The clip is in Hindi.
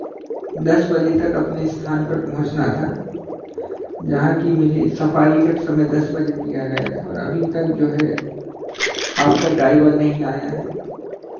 दस बजे तक अपने स्थान पे पहुँचना था जहाँ कि मुझे सफारी का समय दस बजे दिया गया था और अभी तक जो है आपका ड्राइवर नहीं आया है